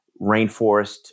rainforest